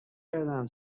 کردم